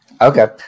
Okay